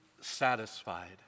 satisfied